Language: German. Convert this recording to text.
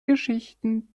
geschichten